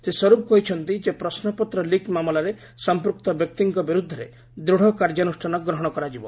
ଶ୍ରୀ ସ୍ୱରୂପ କହିଛନ୍ତି ଯେ ପ୍ରଶ୍ମପତ୍ର ଲିକ୍ ମାମଲାରେ ସମ୍ପୃକ୍ତ ବ୍ୟକ୍ତିଙ୍କ ବିରୁଦ୍ଧରେ ଦୃଢ଼ କାର୍ଯ୍ୟାନୁଷ୍ଠାନ ଗ୍ରହଣ କରାଯିବ